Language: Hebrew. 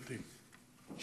גברתי,